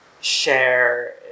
share